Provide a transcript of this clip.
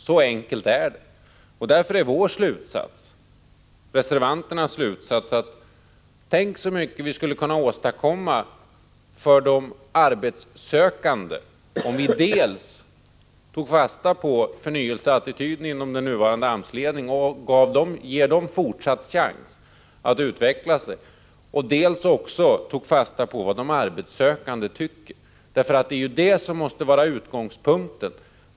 Så enkelt är det. Därför är reservanternas slutsats: Tänk så mycket vi skulle kunna åstadkomma för de arbetssökande om vi dels tog fasta på förnyelseattityden inom den nuvarande AMS-ledningen och gav dem fortsatt chans att utveckla sig, dels också tog fasta på vad de arbetssökande kräver. Det måste ju vara utgångspunkten.